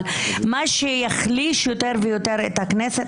מה שיחליש יותר ויותר את הכנסת,